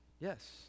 Yes